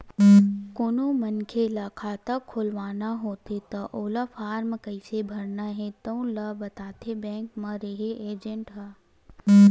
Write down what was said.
कोनो मनखे ल खाता खोलवाना होथे त ओला फारम कइसे भरना हे तउन ल बताथे बेंक म रेहे एजेंट ह